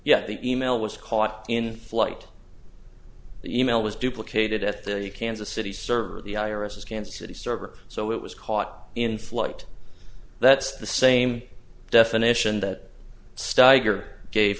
yes the email was caught in flight the email was duplicated at the kansas city server the irises kansas city server so it was caught in flight that's the same definition that steiger gave